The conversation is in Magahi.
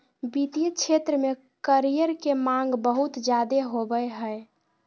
वित्तीय क्षेत्र में करियर के माँग बहुत ज्यादे होबय हय